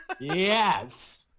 Yes